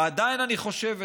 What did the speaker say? ועדיין אני חושב,